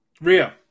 Rio